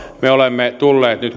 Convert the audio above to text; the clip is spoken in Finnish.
me olemme tulleet nyt